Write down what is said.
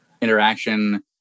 interaction